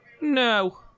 No